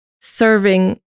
serving